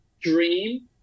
dream